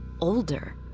older